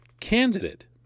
candidate